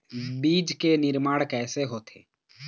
बीज के निर्माण कैसे होथे?